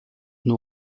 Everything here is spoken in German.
new